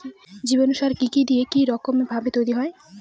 জীবাণু সার কি কি দিয়ে কি রকম ভাবে তৈরি হয়?